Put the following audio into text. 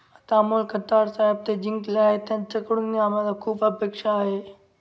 आता अमोल खताळ साहेब ते जिंकले आहेत त्यांच्याकडूनही आम्हाला खूप अपेक्षा आहे